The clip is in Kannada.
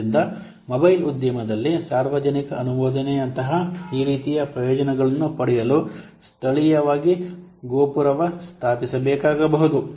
ಆದ್ದರಿಂದ ಮೊಬೈಲ್ ಉದ್ಯಮದಲ್ಲಿ ಸಾರ್ವಜನಿಕ ಅನುಮೋದನೆಯಂತಹ ಈ ರೀತಿಯ ಪ್ರಯೋಜನಗಳನ್ನು ಪಡೆಯಲು ಸ್ಥಳೀಯವಾಗಿ ಗೋಪುರವಾ ಸ್ಥಾಪಿಸಬೇಕಾಗಬಹುದು